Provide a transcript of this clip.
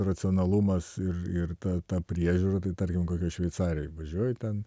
racionalumas ir ir ta priežiūra tai tarkim kokioj šveicarijoj važiuoju ten